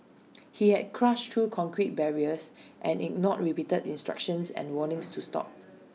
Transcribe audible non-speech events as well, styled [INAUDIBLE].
[NOISE] he had crashed through concrete barriers [NOISE] and ignored repeated instructions and warnings to stop